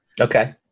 Okay